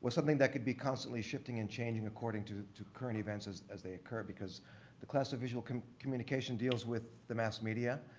was something that could be constantly shifting and changing according to to current events as as they occur because the class of visual communication deals with the mass media.